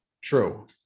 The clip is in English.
True